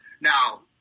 Now